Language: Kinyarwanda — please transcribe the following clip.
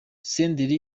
senderi